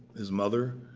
his mother,